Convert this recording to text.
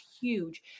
huge